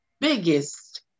biggest